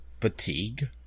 fatigue